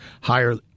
higher